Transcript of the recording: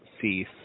cease